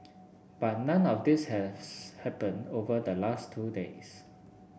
but none of this has happened over the last two days